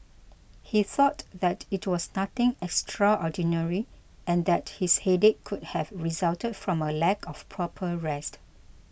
he thought that it was nothing extraordinary and that his headache could have resulted from a lack of proper rest